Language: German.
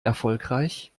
erfolgreich